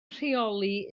rheoli